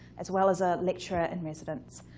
as well as a lecturer in residence.